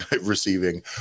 receiving